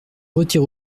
retire